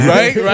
Right